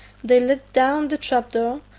they let down the trap door,